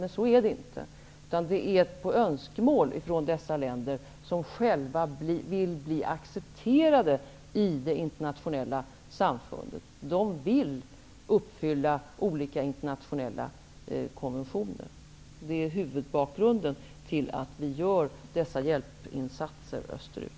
Så är det emellertid inte, utan det är efter önskemål från dessa länder, som själva vill bli accepterade i det internationella samfundet. De vill uppfylla olika internationella konventioner. Det är huvudbakgrunden till att vi gör dessa hjälpinsatser österut.